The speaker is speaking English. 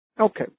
Okay